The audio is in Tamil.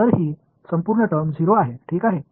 எனவே என்னவாகப் போகிறது